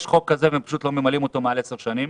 יש חוק כזה, פשוט לא ממלאים אותו מעל עשר שנים.